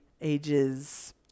ages